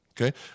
Okay